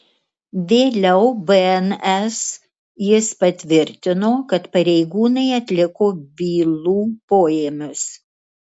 vėliau bns jis patvirtino kad pareigūnai atliko bylų poėmius